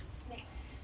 next